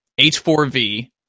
H4V